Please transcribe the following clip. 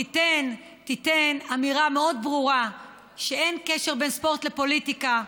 תיתן אמירה מאוד ברורה שאין קשר בין ספורט לפוליטיקה,